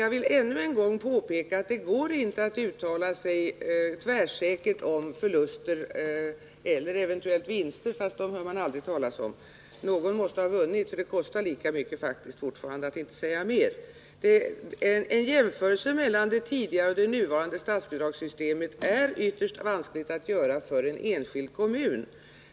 Jag vill ännu en gång påpeka att det inte går att uttala sig tvärsäkert om förluster — eller eventuella vinster, fast dem hör man aldrig talas om; någon kommun måste dock ha vunnit, för fortfarande kostar det faktiskt lika mycket för att inte säga mer. En jämförelse mellan det tidigare och det nuvarande statsbidragssystemet är ytterst vansklig att göra för en enskild kommun.